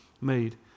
made